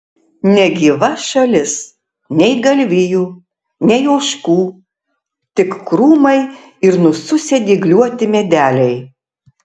negyva šalis nei galvijų nei ožkų tik krūmai ir nususę dygliuoti medeliai